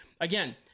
again